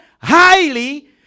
highly